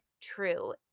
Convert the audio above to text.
true